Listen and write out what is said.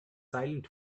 silent